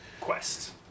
quest